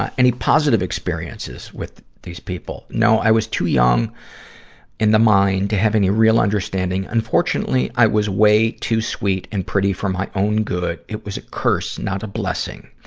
ah any positive experiences with these people? no. i was too young in the mind to have any real understanding. unfortunately, i was way too sweet and pretty for my own good. it was a curse, not a blessing.